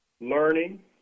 learning